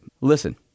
Listen